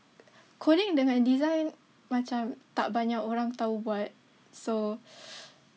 coding dengan design macam tak banyak orang tahu buat so